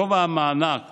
גובה המענק